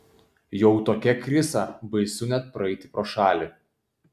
jau tokia krisa baisu net praeiti pro šalį